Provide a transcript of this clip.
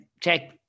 check